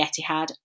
Etihad